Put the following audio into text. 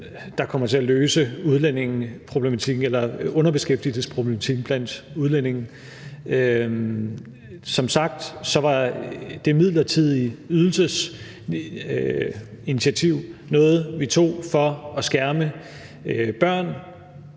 der kommer til at løse underbeskæftigelsesproblematikken blandt udlændinge. Som sagt var det midlertidige ydelsesinitiativ et initiativ, vi tog for at skærme børn,